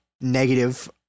negative